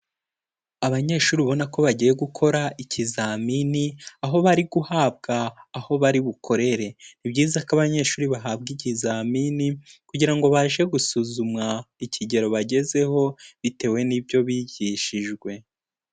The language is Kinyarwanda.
Abanyeshuri ubona ko bagiye gukora ikizamini, aho bari guhabwa aho bari bukorere. Ni byiza ko abanyeshuri bahabwa ikizamini kugira ngo babashe gusuzumwa ikigero bagezeho bitewe n'ibyo bigishijwe.